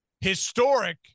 historic